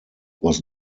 was